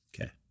Okay